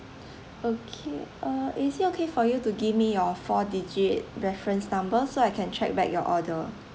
okay uh is it okay for you to give me your four digit reference number so I can check back your order